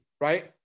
right